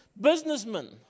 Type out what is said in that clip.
Businessmen